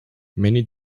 many